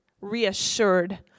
reassured